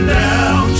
down